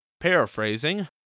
paraphrasing